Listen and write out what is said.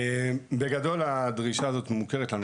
בגדול הדרישה הזאת מוכרת לנו,